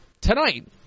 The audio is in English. tonight